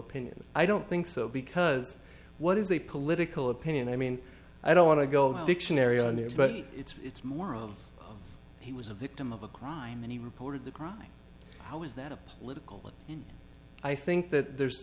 opinion i don't think so because what is a political opinion i mean i don't want to go dictionary on there but it's more of he was a victim of a crime and he reported the crime how is that a political i think that there's